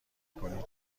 کنی